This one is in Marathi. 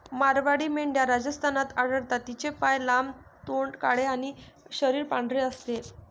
मारवाडी मेंढ्या राजस्थानात आढळतात, तिचे पाय लांब, तोंड काळे आणि शरीर पांढरे असते